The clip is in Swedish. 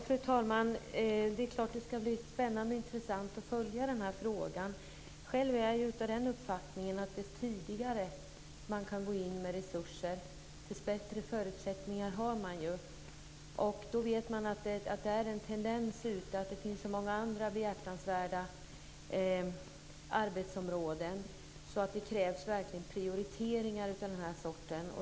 Fru talman! Det är klart att det ska bli spännande och intressant att följa den här frågan. Själv är jag av uppfattningen att ju tidigare man kan gå in med resurser, desto bättre blir förutsättningarna. Vi vet att det finns så många andra behjärtansvärda arbetsområden att det verkligen krävs prioriteringar av den här sorten.